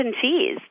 cheese